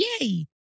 yay